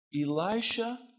Elisha